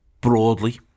broadly